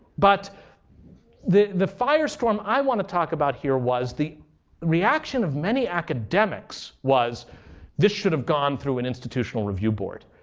but the the firestorm i want to talk about here was the reaction of many academics was this should have gone through an institutional review board.